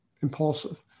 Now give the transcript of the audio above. impulsive